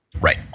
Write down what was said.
Right